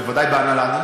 בוודאי בהנהלה,